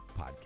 podcast